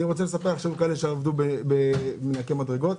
אני רוצה לספר לך שהיו כאלה שעבדו כמנקי מדרגות,